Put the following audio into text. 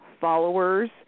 followers